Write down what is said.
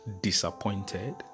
Disappointed